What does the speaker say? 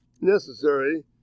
necessary